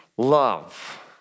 Love